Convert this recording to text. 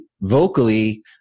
vocally